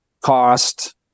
cost